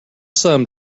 sum